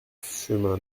chemin